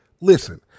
Listen